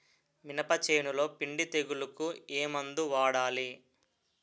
మినప చేనులో పిండి తెగులుకు ఏమందు వాడాలి?